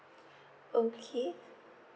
okay